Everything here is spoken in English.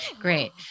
Great